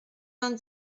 vingt